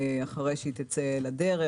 אחרי שתצא לדרך,